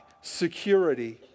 security